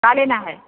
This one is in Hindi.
क्या लेना है